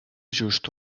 just